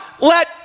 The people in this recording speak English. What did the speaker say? let